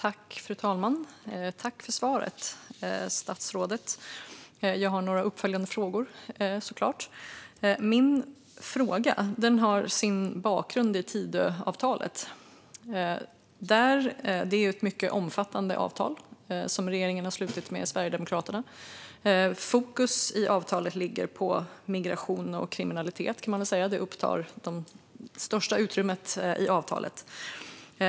Fru talman! Tack för svaret, statsrådet! Jag har några uppföljande frågor, såklart. Min fråga har sin bakgrund i Tidöavtalet. Det är ett mycket omfattande avtal som regeringen har slutit med Sverigedemokraterna. Fokus i avtalet ligger på migration och kriminalitet. Det upptar det största utrymmet i avtalet.